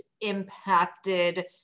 impacted